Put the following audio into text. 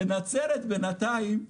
לנצרת בינתיים,